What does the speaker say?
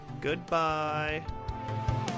Goodbye